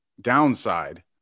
downside